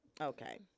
Okay